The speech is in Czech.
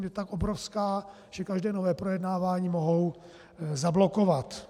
Je tak obrovská, že každé nové projednávání mohou zablokovat.